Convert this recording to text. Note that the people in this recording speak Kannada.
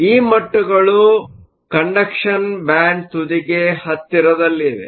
ಈ ಮಟ್ಟಗಳು ಕಂಡಕ್ಷನ್ ಬ್ಯಾಂಡ್ ತುದಿಗೆ ಹತ್ತಿರದಲ್ಲಿವೆ